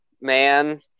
man